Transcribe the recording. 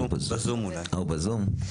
אה, הוא בזום?